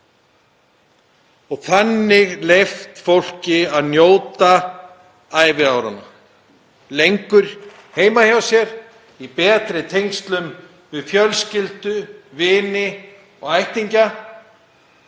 þannig að njóta æviáranna lengur heima hjá sér í betri tengslum við fjölskyldu, vini og ættingja